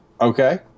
Okay